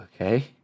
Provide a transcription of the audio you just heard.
Okay